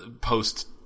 post